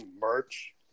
merch